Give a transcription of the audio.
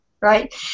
right